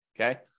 okay